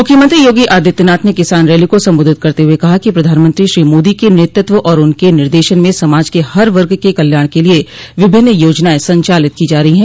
मूख्यमंत्री योगी आदित्यनाथ ने किसान रैली को संबोधित करते हुए कहा कि प्रधानमंत्री श्री मोदी के नेतृत्व और उनके निर्देशन में समाज के हर वर्ग के कल्याण के लिए विभिन्न योजनाएं संचालित की जा रही हैं